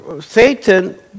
Satan